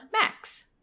Max